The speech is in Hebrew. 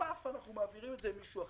ומעבירים אותו למישהו אחר.